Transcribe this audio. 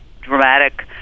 dramatic